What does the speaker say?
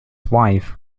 wife